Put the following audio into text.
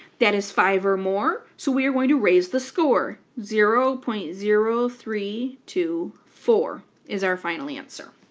that is five or more, so we are going to raise the score zero point zero three two four is our final answer.